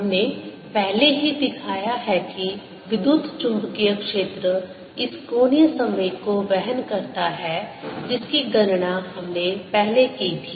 हमने पहले ही दिखाया है कि विद्युत चुम्बकीय क्षेत्र इस कोणीय संवेग को वहन करता है जिसकी गणना हमने पहले की थी